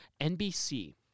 NBC